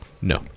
No